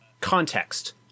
Context